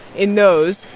in those,